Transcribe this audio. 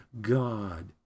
God